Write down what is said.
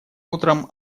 утром